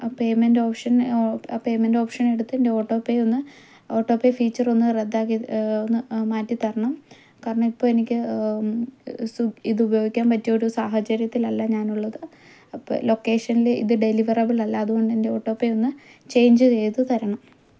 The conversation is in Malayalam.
ആ പേയ്മെൻറ് ഓപ്ഷൻ ആ പേയ്മെൻറ് ഓപ്ഷൻ എടുത്ത് എൻ്റെ ഓട്ടോ പേ ഒന്ന് ഓട്ടോ പേ ഫീച്ചർ ഒന്ന് റദ്ദ് ആക്കി ഒന്ന് മാറ്റി തരണം കാരണം ഇപ്പോൾ എനിക്ക് സ്വി ഇത് ഉപയോഗിക്കാൻ പറ്റിയൊരു സാഹചര്യത്തിനല്ല ഞാനുള്ളത് അപ്പോൾ ലൊക്കേഷൻ്റെ ഇത് ഡെലിവറബിൾ അല്ല അതുകൊണ്ട് എൻ്റെ ഓട്ടോ പേ ഒന്ന് ചെയ്ഞ്ച് ചെയ്ത് തരണം